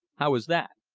how is that?